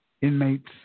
inmates